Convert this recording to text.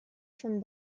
from